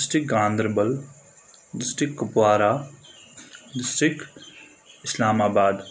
district Ganderbal district Kupwara district Islamabad